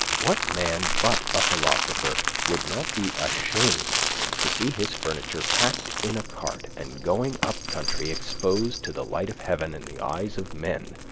what man but a philosopher would not be ashamed to see his furniture packed in a cart and going up country exposed to the light of heaven and the eyes of men,